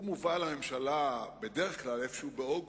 מובא לממשלה בדרך כלל איפשהו באוגוסט,